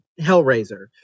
Hellraiser